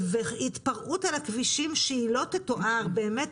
והתפרקות על הכבישים שהיא לא תתואר, באמת.